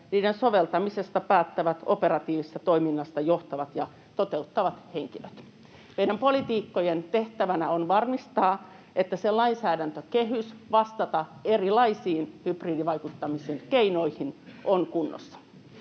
niiden soveltamisesta päättävät operatiivista toimintaa johtavat ja toteuttavat henkilöt. Meidän poliitikkojen tehtävänä on varmistaa, että se lainsäädäntökehys vastata erilaisiin hybridivaikuttamisen keinoihin on kunnossa.